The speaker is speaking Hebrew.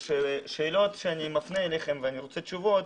בשאלות שאני מפנה אליכם ואני רוצה תשובות,